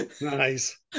Nice